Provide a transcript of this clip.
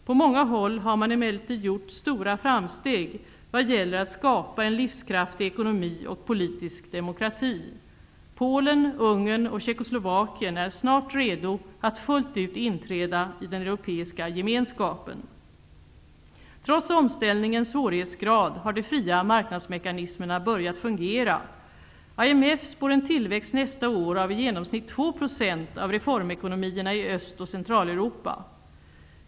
På många håll har man emellertid gjort stora framsteg vad gäller att skapa en livskraftig ekonomi och politisk demokrati. Polen, Ungern och Tjeckoslovakien är snart redo att fullt ut inträda i den europeiska gemenskapen. Trots omställningens svårighetsgrad har de fria marknadsmekanismerna börjat fungera. IMF spår en tillväxt nästa år av i genomsnitt 2 % av reformekonomierna i Öst och Centraleuropa.